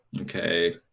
Okay